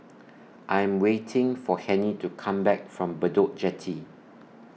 I Am waiting For Hennie to Come Back from Bedok Jetty